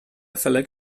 felek